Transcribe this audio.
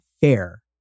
fair